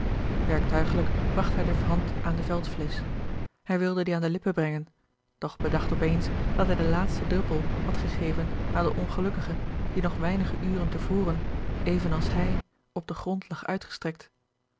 werktuigelijk bragt hij de hand aan de veldflesch hij wilde die aan de lippen brengen doch bedacht op eens dat hij den laatsten druppel had gegeven aan den ongelukkige die nog weinige uren te voren even als hij op den grond lag uitgestrekt